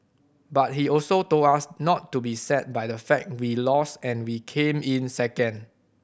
but he also told us not to be sad by the fact we lost and we came in second